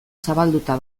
zabalduta